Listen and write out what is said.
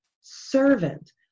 servant